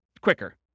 quicker